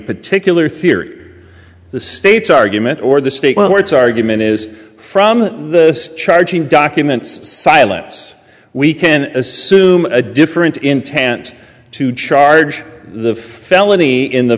particular theory the state's argument or the state where its argument is from the charging documents silence we can assume a different intent to charge the felony in the